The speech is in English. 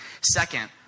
Second